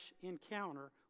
encounter